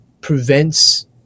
prevents